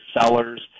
sellers